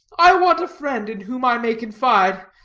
i want a friend in whom i may confide.